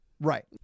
Right